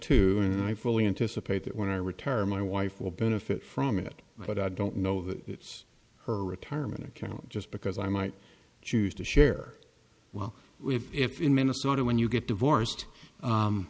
too i fully anticipate that when i retire my wife will benefit from it but i don't know that it's her retirement account just because i might choose to share well if in minnesota when you get divorced